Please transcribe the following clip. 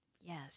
Yes